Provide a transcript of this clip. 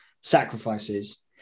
sacrifices